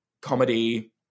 comedy